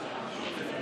קבוצת